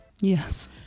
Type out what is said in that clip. yes